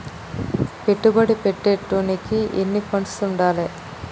పెట్టుబడి పెట్టేటోనికి ఎన్ని ఫండ్స్ ఉండాలే?